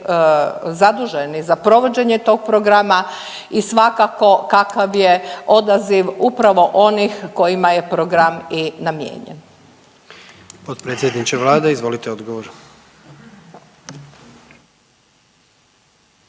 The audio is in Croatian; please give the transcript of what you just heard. zaduženi za provođenje tog programa i svakako kakav je odaziv upravo onih kojima je program i namijenjen. **Jandroković, Gordan (HDZ)** Potpredsjedniče vlade izvolite odgovor.